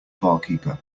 barkeeper